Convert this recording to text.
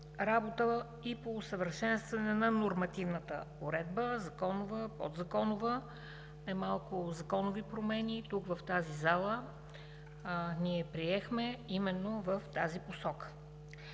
работа и по усъвършенстване на нормативната уредба – законова, подзаконова, немалко законови промени тук в тази зала ние приехме именно в тази посока.